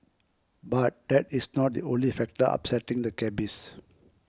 but that is not the only factor upsetting the cabbies